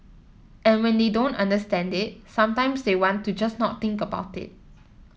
and when they don't understand it sometimes they want to just not think about it